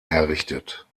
errichtet